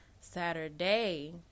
Saturday